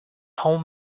home